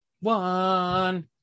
one